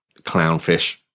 clownfish